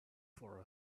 for